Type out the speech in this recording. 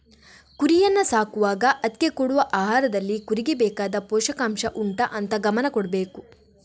ಕುರಿಯನ್ನ ಸಾಕುವಾಗ ಅದ್ಕೆ ಕೊಡುವ ಆಹಾರದಲ್ಲಿ ಕುರಿಗೆ ಬೇಕಾದ ಪೋಷಕಾಂಷ ಉಂಟಾ ಅಂತ ಗಮನ ಕೊಡ್ಬೇಕು